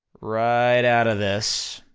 right outta this,